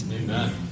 Amen